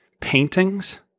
paintings